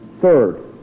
third